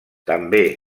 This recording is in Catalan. també